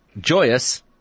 joyous